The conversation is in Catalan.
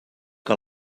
que